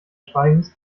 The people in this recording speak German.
schweigens